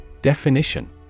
definition